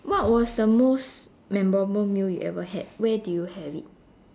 what was the most memorable meal you ever had where did you have it